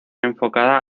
enfocada